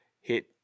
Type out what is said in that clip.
hit